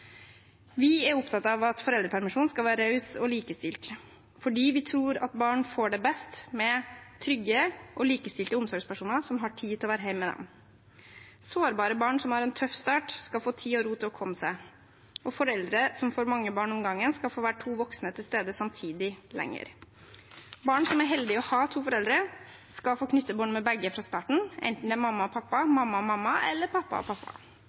Vi er opptatt av at foreldrepermisjonen skal være raus og likestilt, for vi tror at barn får det best med trygge og likestilte omsorgspersoner som har tid til å være hjemme med dem. Sårbare barn som har en tøff start, skal få tid og ro til å komme seg, og foreldre som får mange barn om gangen, skal få være to voksne til stede samtidig, lenger. Barn som er så heldige å ha to foreldre, skal få knytte bånd med begge fra starten, enten det er mamma og pappa, mamma og mamma eller pappa og pappa.